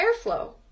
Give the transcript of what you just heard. airflow